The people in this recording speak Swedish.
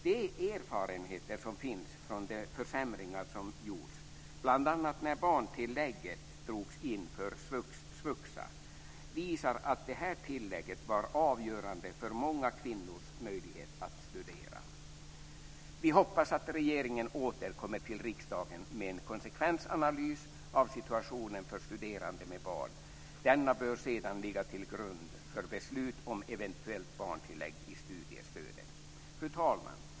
De erfarenheter som finns från de försämringar som gjorts, bl.a. när barntillägget drogs in för svux och svuxa, visar att det tillägget var avgörande för många kvinnors möjlighet att studera. Vi hoppas att regeringen återkommer till riksdagen med en konsekvensanalys av situationen för studerande med barn. Denna bör sedan ligga till grund för beslut om eventuellt barntillägg i studiestödet. Fru talman!